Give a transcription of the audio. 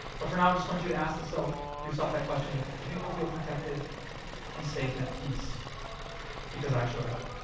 but for now, i just want you to ask yourself yourself that question do people feel protected and safe and at peace because i showed up?